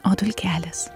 o dulkelės